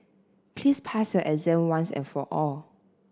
please pass your exam once and for all